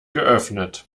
geöffnet